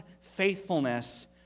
faithfulness